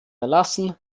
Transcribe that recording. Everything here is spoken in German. erlassen